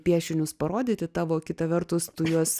piešinius parodyti tavo kita vertus tu juos